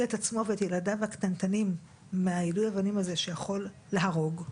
את עצמו ואת ילדיו הקטנטנים מיידוי האבנים הזה שיכול להרוג,